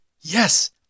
Yes